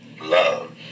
love